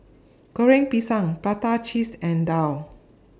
Goreng Pisang Prata Cheese and Daal